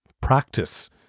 practice